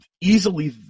easily